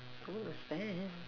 what was that